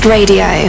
Radio